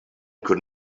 could